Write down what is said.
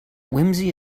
whimsy